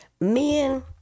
men